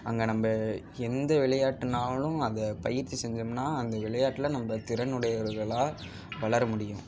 அங்கே நம்ப எந்த விளையாடுனாலும் அதை பயிற்சி ஜெய்சோம்ன்னா அந்த விளையாட்டில் நம்ப திறன் உடையவர்கள்ளா வளர முடியும்